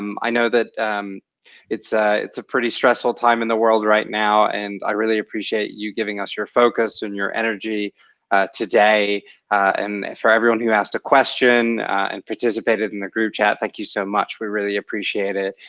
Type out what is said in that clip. um i know it's ah it's a pretty stressful time in the world right now, and i really appreciate you gives us your focus, and your energy today, and for everyone who has asked a question, and participated in the group chat, thank you so much. we really appreciate it.